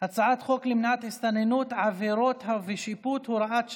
הצעת חוק למניעת הסתננות (עבירות ושיפוט) (הוראות שעה,